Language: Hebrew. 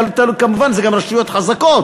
כמובן שזה גם רשויות חזקות